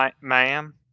ma'am